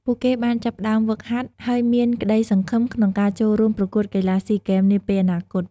ពួកគេបានចាប់ផ្ដើមហ្វឹកហាត់ ហើយមានក្ដីសង្ឃឹមក្នុងការចូលរួមប្រកួតកីឡាស៊ីហ្គេមនាពេលអនាគត។